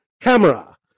Camera